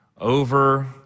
over